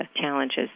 challenges